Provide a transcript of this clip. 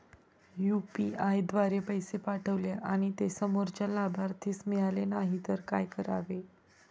UPI द्वारे पैसे पाठवले आणि ते समोरच्या लाभार्थीस मिळाले नाही तर काय करावे?